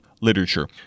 literature